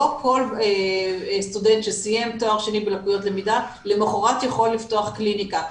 לא כל סטודנט שסיים תואר שני בלקויות למידה למחרת יכול לפתוח קליניקה,